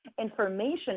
information